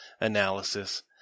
analysis